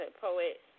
Poet